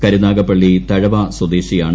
കരുനാഗപ്പള്ളി തഴവാ സ്വദേശിയാണ്